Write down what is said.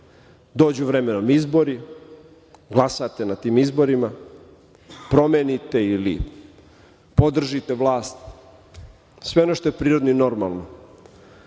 Dođu vremenom izbori, glasate na tim izborima, promenite ili podržite vlast. Sve ono što je prirodno i normalno,